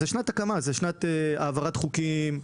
זו שנת הקמה, שנת העברת חוקים,